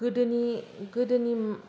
गोदोनि गोदोनि